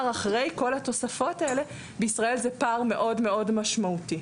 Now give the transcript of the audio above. אחרי כל התוספות האלה בישראל הוא פער מאוד מאוד משמעותי.